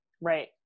Right